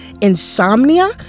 insomnia